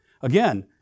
Again